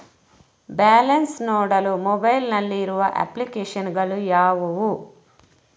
Balance ನೋಡಲು mobile ನಲ್ಲಿ ಇರುವ ಅಪ್ಲಿಕೇಶನ್ ಗಳು ಯಾವುವು?